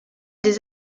des